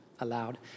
allowed